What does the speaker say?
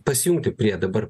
pasijungti prie dabar